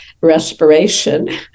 respiration